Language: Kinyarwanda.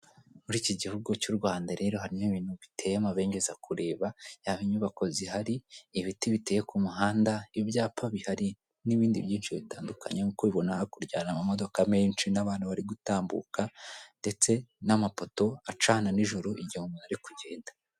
Muri iki gihugu cy'u Rwanda rero harimo ibintu byinshi biteye amabengeza kubireba: yaba inyubako zihari, ibiti biteye ki muhanda, ibyapa bihari, n'ibindi byinshi bitandukanye. Nk'uko ubibona, hakurya hari amamodoka menshi n'abantu bari gutambuka ndetse n'amapoto sacana nijoro igihe umuntu ari kugenda.